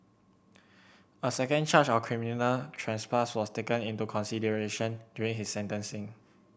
a second charge of criminal trespass was taken into consideration during his sentencing